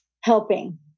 helping